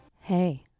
Hey